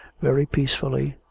very peacefully,